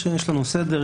יש לנו סדר.